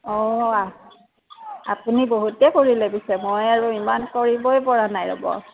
অ' আপুনি বহুতে কৰিলে পিচে মই আৰু ইমান কৰিবই পৰা নাই ৰ'ব